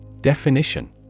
Definition